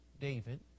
David